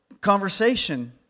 conversation